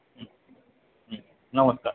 হুম হুম নমস্কার